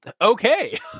Okay